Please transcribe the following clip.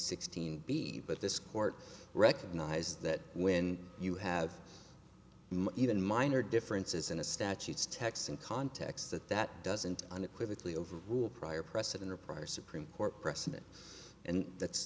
sixteen b but this court recognized that when you have even minor differences in the statutes text and context that that doesn't unequivocally over rule prior precedent or prior supreme court precedent and that's